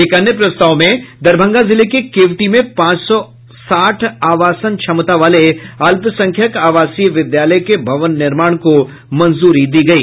एक अन्य प्रस्ताव में दरभंगा जिले के केवटी में पांच सौ साठ आवासन क्षमता वाले अल्पसंख्यक आवासीय विद्यालय के भवन निर्माण को मंजूरी दी गयी